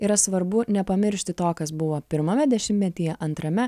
yra svarbu nepamiršti to kas buvo pirmame dešimtmetyje antrame